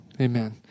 Amen